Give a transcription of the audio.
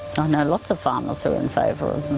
and know lots of farmers who are in favour of